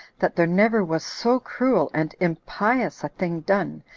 that there never was so cruel and impious a thing done,